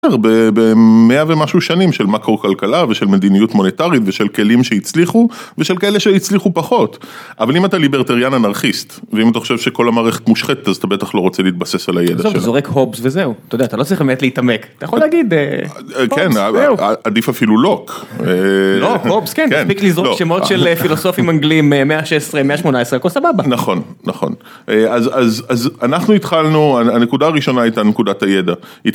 במאה ומשהו שנים של מקרו כלכלה ושל מדיניות מוניטרית ושל כלים שהצליחו ושל כאלה שהצליחו פחות אבל אם אתה ליברטריאן אנרכיסט ואם אתה חושב שכל המערכת מושכת אז אתה בטח לא רוצה להתבסס על הידע שלה. זורק הובס וזהו אתה לא צריך באמת להתעמק. אתה יכול להגיד כן עדיף אפילו לוק. לוק, הובס, כן מספיק לזרוק שמות של פילוסופים אנגלים מהמאה ה-16 מהמאה ה-18 הכל סבבה. נכון נכון אז אנחנו התחלנו, הנקודה הראשונה הייתה נקודת הידע.